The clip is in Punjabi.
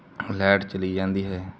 ਲਾਈਟ ਚਲੀ ਜਾਂਦੀ ਹੈ